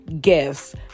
gifts